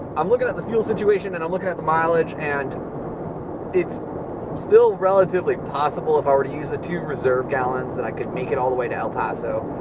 i'm looking at the fuel situation and i'm looking at the mileage and it's still relatively possible, if i were to use the two reserve gallons, that i could make it all the way to el paso.